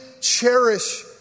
cherish